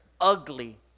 ugly